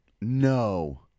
No